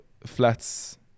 flats